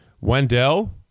Wendell